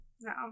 no